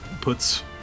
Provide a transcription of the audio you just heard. puts